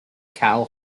cow